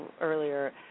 earlier